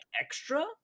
extra